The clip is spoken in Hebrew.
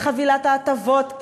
חבילת ההטבות,